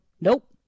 nope